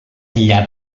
enllà